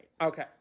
Okay